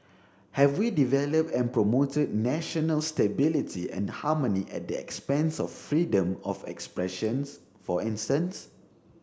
have we developed and promoted national stability and harmony at the expense of freedom of expression for instance